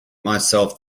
myself